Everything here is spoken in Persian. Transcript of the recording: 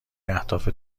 اهداف